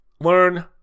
Learn